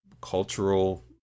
cultural